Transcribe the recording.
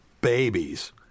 babies